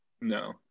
no